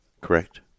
correct